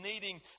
needing